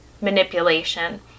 manipulation